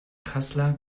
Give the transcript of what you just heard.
kassler